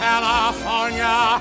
California